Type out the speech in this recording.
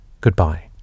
goodbye